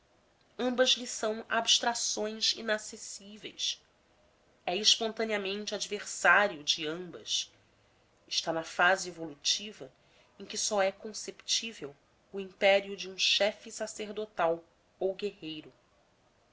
lhe são abstrações inacessíveis é espontaneamente adversário de ambas está na fase evolutiva em que só é conceptível o império de um chefe sacerdotal ou guerreiro